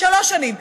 שלוש שנים.